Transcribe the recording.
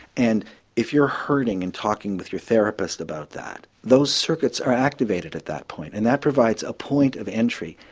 and if you're hurting and talking with your therapist about that, those circuits are activated at that point and that provides a point of entry.